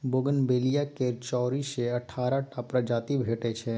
bougainvillea केर चारि सँ अठारह टा प्रजाति भेटै छै